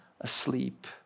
asleep